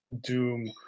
doom